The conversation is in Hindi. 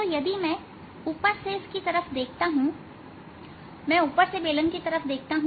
तो यदि मैं ऊपर से इसकी तरफ देखता हूंमैं ऊपर से बेलन की तरफ देखता हूं